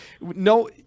no